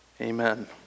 Amen